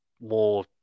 more